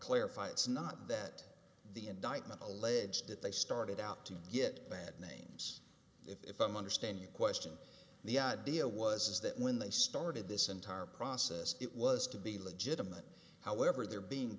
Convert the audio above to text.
clarify it's not that the indictment alleged that they started out to get bad names if i'm understanding question the idea was that when they started this entire process it was to be legitimate however they're being